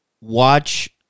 watch